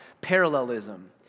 parallelism